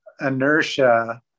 inertia